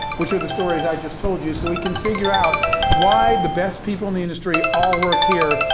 which are the stories i just told you, so we can figure out why the best people in the industry all work here,